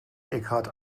eckhart